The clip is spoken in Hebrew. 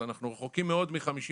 אז אנחנו רחוקים מאוד מ-50%.